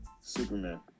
Superman